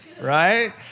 right